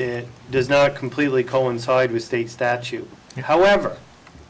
it does not completely coincide with state statute however